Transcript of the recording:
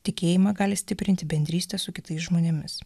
tikėjimą gali stiprinti bendrystė su kitais žmonėmis